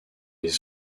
les